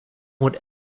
would